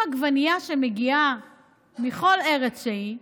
אם עגבנייה שמגיעה מכל ארץ שהיא,